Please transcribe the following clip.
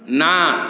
ନା